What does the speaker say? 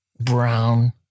brown